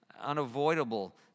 unavoidable